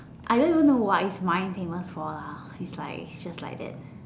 I don't even know what's its my famous for lah is like its just like that